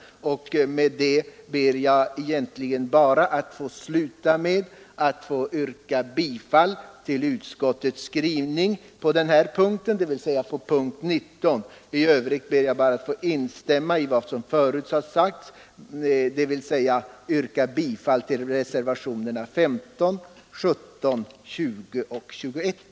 Jag ber att få sluta med att yrka bifall till utskottets skrivning på punkten 19. I övrigt ber jag att få instämma i vad som förut har sagts beträffande reservationerna 15, 17, 20 och 21.